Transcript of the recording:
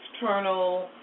external